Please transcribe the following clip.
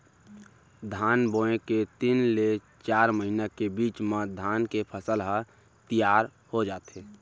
धान बोए के तीन ले चार महिना के बीच म धान के फसल ह तियार हो जाथे